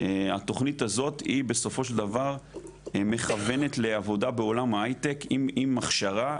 התכנית הזאת היא בסופו של דבר מכוונת לעבודה בעולם ההייטק עם העשרה,